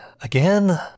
again